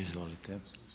Izvolite.